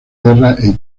guerra